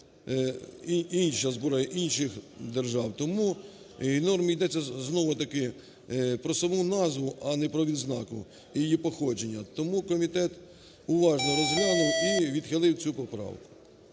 інша зброя, інших держав. Тому в нормі йдеться знову таки про саму назву, а не про відзнаку і її походження. Тому комітет уважно розглянув і відхилив цю поправку.